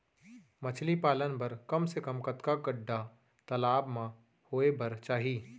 मछली पालन बर कम से कम कतका गड्डा तालाब म होये बर चाही?